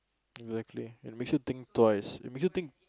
exactly it makes you think twice it makes you think